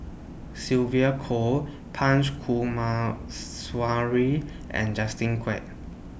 Sylvia Kho Punch Coomaraswamy and Justin Quek